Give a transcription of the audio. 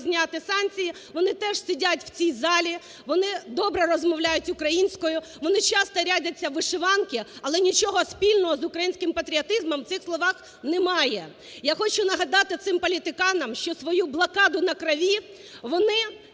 вони теж сидять в цій залі, вони добре розмовляють українською, вони часто рядяться в вишиванки, але нічого спільного з українським патріотизмом в цих словах немає. Я хочу нагадати цим політиканам, що свою блокаду на крові вони